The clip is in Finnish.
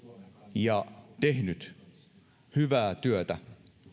ja tehnyt hyvää työtä